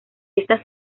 estas